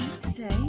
today